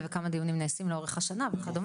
וכמה דיונים נעשים לאורך השנה וכולי?